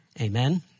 Amen